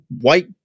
white